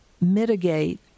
mitigate